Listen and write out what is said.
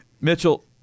Mitchell